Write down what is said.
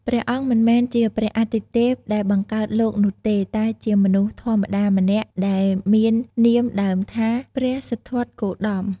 ព្រះអង្គមិនមែនជាព្រះអាទិទេពដែលបង្កើតលោកនោះទេ តែជាមនុស្សធម្មតាម្នាក់ដែលមាននាមដើមថា ព្រះសិទ្ធត្ថ គោតម។